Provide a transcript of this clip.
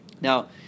Now